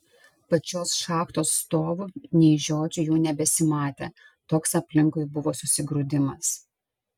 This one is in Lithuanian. pačios šachtos stovų nei žiočių jau nebesimatė toks aplinkui buvo susigrūdimas